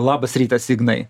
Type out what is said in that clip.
labas rytas ignai